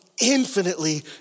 infinitely